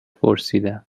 پرسیدم